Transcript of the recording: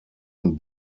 und